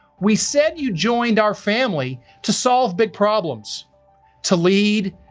we said you joined our family to solve big problems to lead,